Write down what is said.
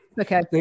Okay